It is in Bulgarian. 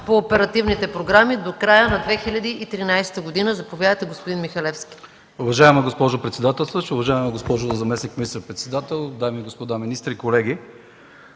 по оперативните програми до края на 2013 г. Заповядайте, господин Михалевски.